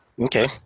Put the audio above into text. Okay